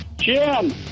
Jim